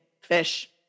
fish